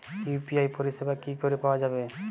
UPI পরিষেবা কি করে পাওয়া যাবে?